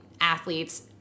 athletes